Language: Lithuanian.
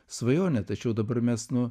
svajonė tačiau dabar mes nu